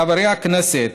חברי הכנסת